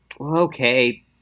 Okay